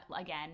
again